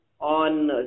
on